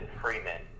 Freeman